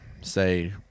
Say